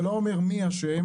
זה לא אומר מי אשם,